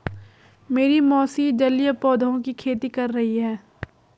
मेरी मौसी जलीय पौधों की खेती कर रही हैं